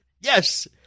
yes